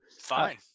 Fine